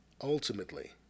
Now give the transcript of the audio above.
Ultimately